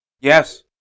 Yes